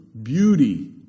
beauty